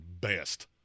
best